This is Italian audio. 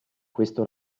questo